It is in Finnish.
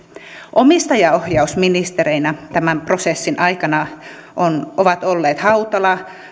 omistajaohjausministerinä tämän prosessin aikana ovat olleet hautala